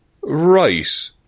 Right